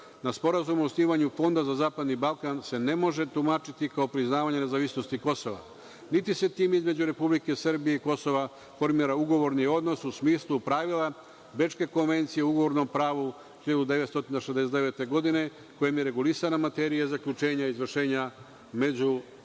na Sporazum o osnivanju Fonda za zapadni Balkan se ne može tumačiti kao priznanje nezavisnosti Kosova, niti se time između Republike Srbije i Kosova formira ugovorni odnos u smislu pravila Bečke konvencije o ugovornom pravu iz 1969. godine kojim je regulisana materija zaključenja i izvršenja